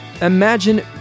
Imagine